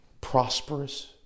prosperous